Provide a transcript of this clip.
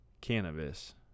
cannabis